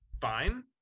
fine